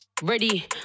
Ready